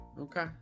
Okay